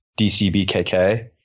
DCBKK